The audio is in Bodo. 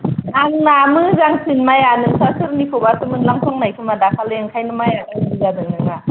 आंना मोजांसिन माइया नोंस्रा सोरनिखौबासो मोनलांफ्लांनय खोमा दाखालि ओंखायनो माइया उलमिल जादों नोंना